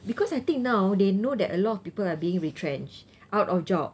because I think now they know that a lot of people are being retrenched out of job